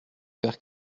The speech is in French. faire